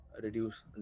reduce